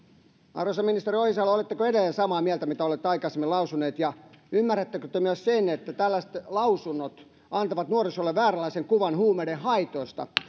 arvoisa ministeri ohisalo oletteko edelleen samaa mieltä mitä olette aikaisemmin lausunut ja ymmärrättekö te myös sen että tällaiset lausunnot antavat nuorisolle vääränlaisen kuvan huumeiden haitoista